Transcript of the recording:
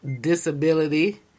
disability